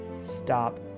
Stop